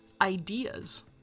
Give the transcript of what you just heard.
ideas